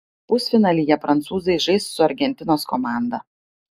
pusfinalyje prancūzai žais su argentinos komanda